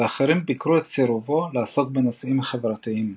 ואחרים ביקרו את סרובו לעסוק בנושאים חברתיים.